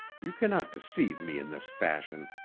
you cannot deceive me in this fashion.